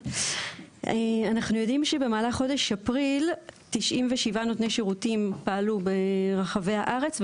אנחנו יודעים שבמהלך חודש אפריל 97 נותני שירותים פעלו ברחבי הארץ,